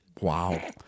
Wow